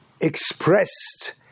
expressed